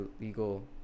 legal